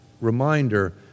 reminder